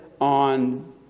on